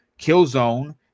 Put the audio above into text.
Killzone